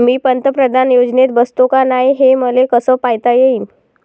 मी पंतप्रधान योजनेत बसतो का नाय, हे मले कस पायता येईन?